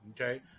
Okay